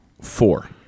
Four